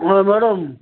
ହଁ ମ୍ୟାଡ଼ମ୍